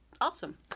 awesome